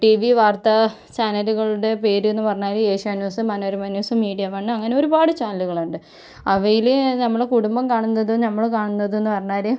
TV വാർത്താ ചാനലുകളുടെ പേര് എന്ന് പറഞ്ഞാല് Asianet news Manorama news media one അങ്ങനെ ഒരുപാട് ചാനലുകൾ ഉണ്ട് അവയില് നമ്മുടെ കുടുംബം കാണുന്നത് നമ്മൾ കാണുന്നത് എന്ന് പറഞ്ഞാല്